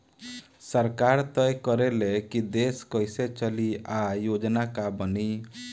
सरकार तय करे ले की देश कइसे चली आ योजना का बनी